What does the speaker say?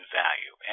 value